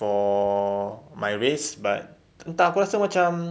for my race but entah aku rasa macam